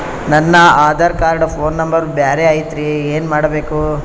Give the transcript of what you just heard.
ನನ Aadhaar card phone number ಬ್ಯಾರೆ ಐತ್ರಿ ಏನ ಮಾಡಬೇಕು?